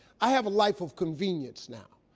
i have a life of convenience now,